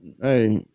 hey